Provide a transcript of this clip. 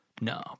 No